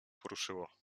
poruszyło